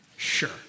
Sure